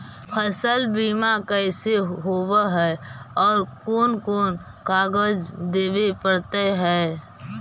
फसल बिमा कैसे होब है और कोन कोन कागज देबे पड़तै है?